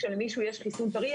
שלמישהו יש חיסון טרי,